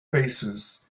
paces